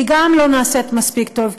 וגם היא לא נעשית מספיק טוב,